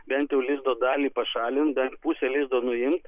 bent jau lizdo dalį pašalint bent pusę lizdo nuimt